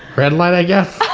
red light, i guess?